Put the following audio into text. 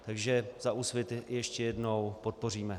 Takže za Úsvit ještě jednou podpoříme.